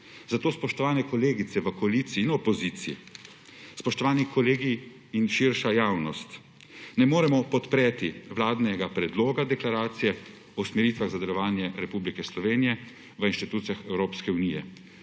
Zato, spoštovane kolegice v koaliciji in opoziciji, spoštovani kolegi in širša javnost, ne moremo podpreti vladnega Predloga deklaracije o usmeritvah za delovanje Republike Slovenije v institucijah Evropske unije.